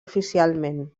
oficialment